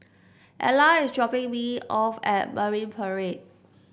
Ela is dropping me off at Marine Parade